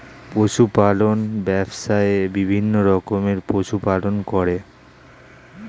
পশু পালন ব্যবসায়ে বিভিন্ন রকমের পশু পালন করে